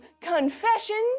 confessions